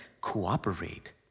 cooperate